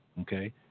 okay